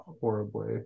horribly